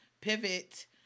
pivot